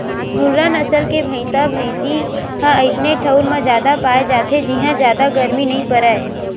मुर्रा नसल के भइसा भइसी ह अइसे ठउर म जादा पाए जाथे जिंहा जादा गरमी नइ परय